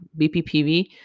BPPV